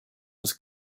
was